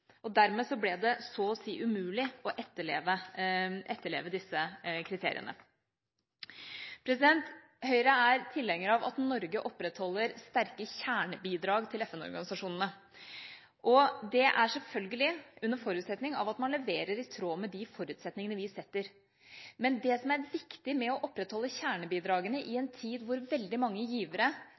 Dermed ble det så å si umulig å etterleve disse kriteriene. Høyre er tilhenger av at Norge opprettholder sterke kjernebidrag til FN-organisasjonene, selvfølgelig under forutsetning av at man leverer i tråd med de forutsetningene vi setter. Men det som er viktig med å opprettholde kjernebidragene i en tid hvor veldig mange givere